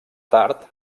tard